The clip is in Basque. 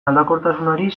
aldakortasunari